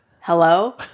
hello